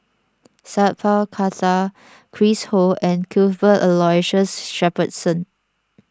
Sat Pal Khattar Chris Ho and Cuthbert Aloysius Shepherdson